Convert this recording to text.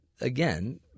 again